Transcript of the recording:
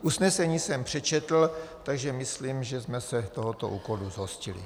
Usnesení jsem přečetl, takže myslím, že jsme se tohoto úkolu zhostili.